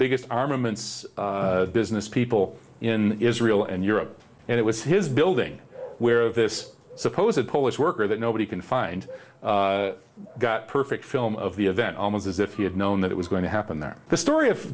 biggest armaments business people in israel and europe and it was his building where this suppose a polish worker that nobody can find got perfect film of the event almost as if he had known that it was going to happen that the story of